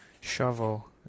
shovel